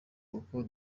kuko